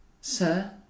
sir